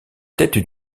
tête